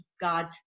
God